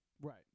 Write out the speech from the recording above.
Right